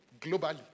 globally